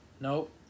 nope